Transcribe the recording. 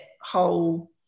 whole